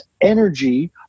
energy